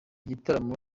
gitaramo